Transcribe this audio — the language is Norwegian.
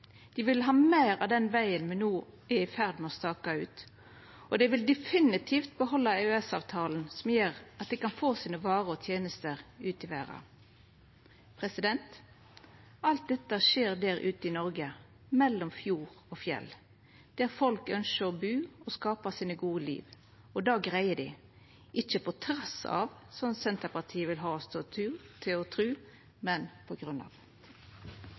Dei vil ha meir av den vegen me no er i ferd med å staka ut. Og dei vil definitivt behalda EØS-avtalen som gjer at dei får sine varer og tenester ut i verda. Alt dette skjer der ute i Noreg, mellom fjord og fjell, der folk ønskjer å bu og skapa eit godt liv. Og det greier dei – ikkje på trass av, slik Senterpartiet vil ha oss til å tru, men på